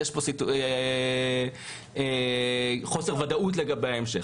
של חוסר ודאות לגבי ההמשך.